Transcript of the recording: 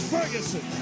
Ferguson